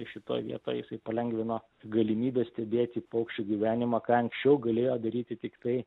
šitoj vietoj jisai palengvino galimybę stebėti paukščių gyvenimą ką anksčiau galėjo daryti tiktai